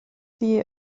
die